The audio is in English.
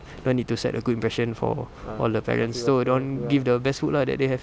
they all need to set a good impression for all the parents so dia orang give the best food lah that they have